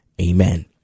Amen